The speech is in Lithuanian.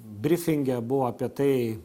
brifinge buvo apie tai